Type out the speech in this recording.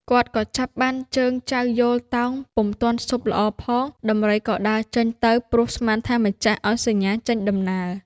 គាត់ក៏ចាប់បានជើងចៅយោលទោងពុំទាន់ស៊ប់ល្អផង ដំរីក៏ដើរចេញទៅព្រោះស្មានថា ម្ចាស់ឱ្យសញ្ញាចេញដំណើរ។